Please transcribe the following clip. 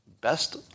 Best